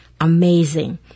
amazing